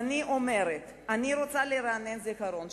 אני אומרת שאני רוצה לרענן את הזיכרון שלכם,